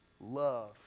love